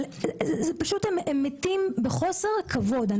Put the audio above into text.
הם פשוט מתים בחוסר כבוד.